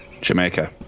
Jamaica